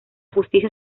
justicia